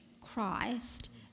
Christ